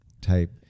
type